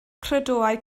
credoau